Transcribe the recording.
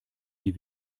die